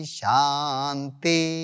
shanti